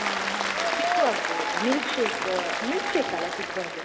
ಹಾಂ ಹೌದು ಚಿಕ್ಕು ಆಗ್ಬೋದು ಮಿಲ್ಕ್ಶೇಕ ಮಿಲ್ಕ್ಶೇಕಲ್ಲ ಚಿಕ್ಕು ಅದು